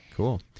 Cool